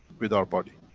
with our body,